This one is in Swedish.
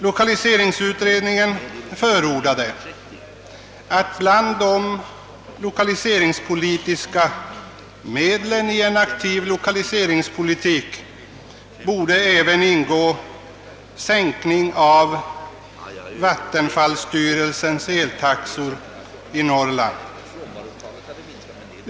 Lokaliseringsutredningen förordade att till de lokaliseringspolitiska medlen i en aktiv lokaliseringspolitik även borde höra sänkning av vattenfallsstyrelsens eltaxor i Norrland.